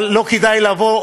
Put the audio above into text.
אבל לא כדאי לבוא.